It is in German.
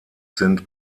sind